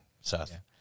Seth